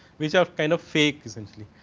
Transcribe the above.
which have kind of fake essentially.